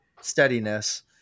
steadiness